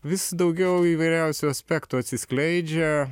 vis daugiau įvairiausių aspektų atsiskleidžia